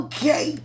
Okay